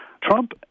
Trump